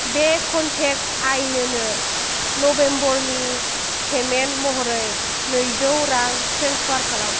बे कनटेक्ट आइनोनो नभेम्बरनि पेमेन्ट महरै नैजौ रां ट्रेन्सफार खालाम